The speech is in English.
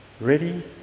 ready